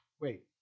wait